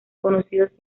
conocidos